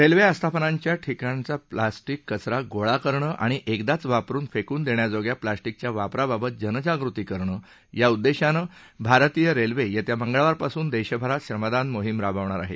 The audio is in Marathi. रेल्वे आस्थापनांच्या ठिकाणचा प्लास्टिक कचरा गोळा करणं आणि एकदाच वापरून फेक्न देण्याजोग्या प्लास्टिकच्या वापराबाबत जनजागृती करणं या उददेशानं भारतीय रेल्वे येत्या मंगळवारपासून देशभरात श्रमदान मोहीम राबवणार आहे